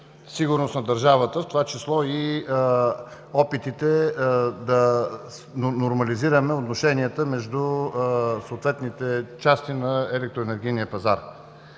сигурност на държавата, в това число и опитите да нормализираме отношенията между съответните части на електроенергийния пазар.